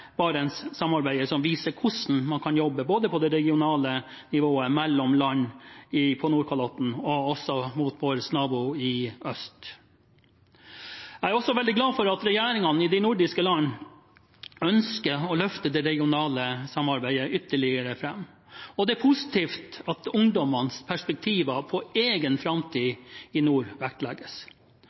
Barentssamarbeidet, som viser hvordan man kan jobbe både på det regionale nivået mellom land på Nordkalotten og mot vår nabo i øst. Jeg er også veldig glad for at regjeringene i de nordiske land ønsker å løfte det regionale samarbeidet ytterligere fram. Det er positivt at ungdommens perspektiver på egen framtid i nord vektlegges.